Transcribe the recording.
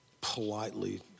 politely